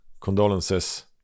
condolences